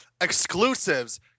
exclusives